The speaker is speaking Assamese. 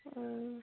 অঁ